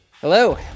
Hello